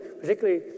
particularly